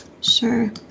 sure